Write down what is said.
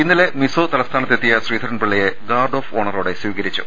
ഇന്നലെ മിസോ തലസ്ഥാനത്തെത്തിയ ശ്രീധരൻപിള്ളയെ ഗാർഡ് ഓഫ് ഓണറോടെ സ്വീകരിച്ചു